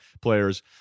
players